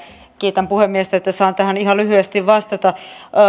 kiitän puhemiestä että saan tähän ihan lyhyesti vastata